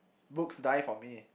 books die for me